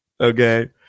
Okay